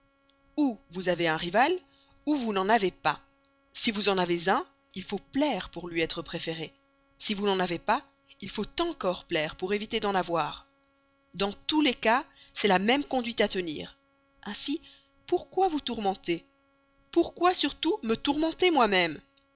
ou vous avez un rival ou vous n'en avez pas si vous en avez un il faut plaire pour lui être préféré si vous n'en avez pas il faut plaire encore pour éviter d'en avoir dans tous les cas c'est la même conduite à tenir ainsi pourquoi vous tourmenter pourquoi surtout me tourmenter moi-même